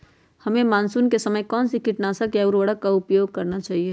हमें मानसून के समय कौन से किटनाशक या उर्वरक का उपयोग करना चाहिए?